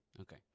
Okay